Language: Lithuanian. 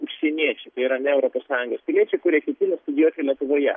užsieniečiai tai yra ne europos sąjungos piliečiai kurie ketina studijuoti lietuvoje